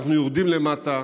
אנחנו יורדים למטה,